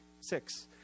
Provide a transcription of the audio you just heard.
six